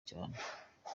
cyane